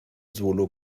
solo